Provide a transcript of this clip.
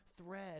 thread